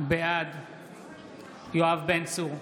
בעד יואב בן צור,